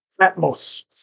atmos